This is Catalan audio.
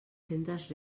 centes